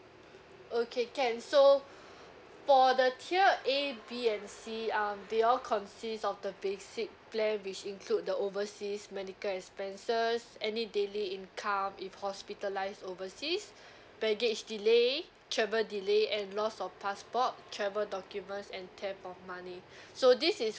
okay can so for the tier A B and C um they all consist of the basic plan which include the overseas medical expenses any daily income if hospitalised overseas baggage delay travel delay and lost of passport travel documents and theft of money so this is